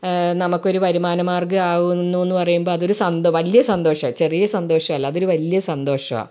നമുക്കൊരു വരുമാന മാർഗം ആകുന്നു എന്ന് പറയുമ്പോൾ അതൊരു സന്ത് വലിയ സന്തോഷ ചെറിയ സന്തോഷവല്ല അതൊരു വലിയ സന്തോഷമാണ്